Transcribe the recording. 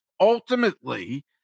ultimately